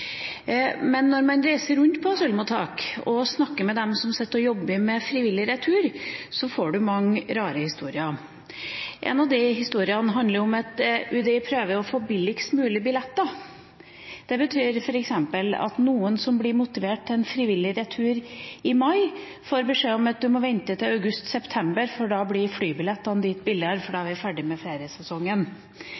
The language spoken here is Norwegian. Men når man reiser rundt på asylmottak og snakker med dem som sitter og jobber med frivillig retur, får man høre mange rare historier. En av de historiene handler om at UDI prøver å få billigst mulig billetter. Det betyr f.eks. at noen som blir motivert til en frivillig retur i mai, får beskjed om at de må vente til august/september, for da blir flybillettene billigere, for da